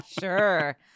Sure